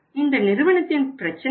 இந்த நிறுவனத்தின் பிரச்சினை என்ன